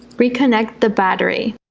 reconnect the battery